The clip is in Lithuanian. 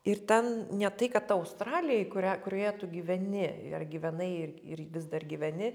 ir ten ne tai kad ta australija į kurią kurioje tu gyveni ir gyvenai ir ir vis dar gyveni